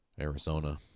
arizona